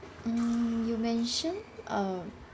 um you mentioned uh